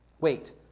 wait